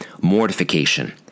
mortification